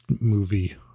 movie